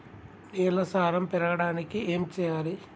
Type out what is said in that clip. నేల సారం పెరగడానికి ఏం చేయాలి?